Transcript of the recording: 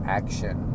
action